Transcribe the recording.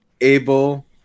able